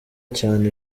cyane